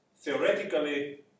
theoretically